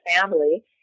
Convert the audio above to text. family